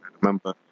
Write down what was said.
remember